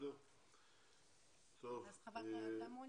את גם מעוניינת?